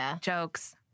jokes